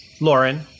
Lauren